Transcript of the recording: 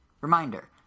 Reminder